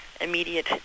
immediate